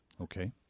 okay